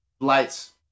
Lights